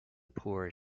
poor